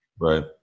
Right